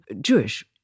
Jewish